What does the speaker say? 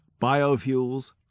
Biofuels